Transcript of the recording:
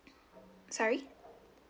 sorry